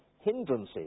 hindrances